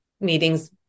meetings